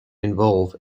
involve